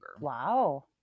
wow